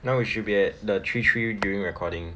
now we should be at the three three during recording